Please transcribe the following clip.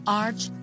arch